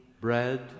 bread